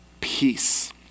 peace